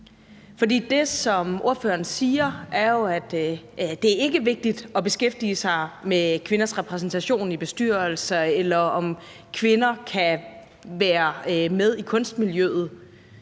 For det, som ordføreren siger, er jo, at det ikke er vigtigt at beskæftige sig med kvinders repræsentation i bestyrelser, eller om kvinder kan være med i kunstmiljøet,